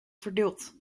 verdeelt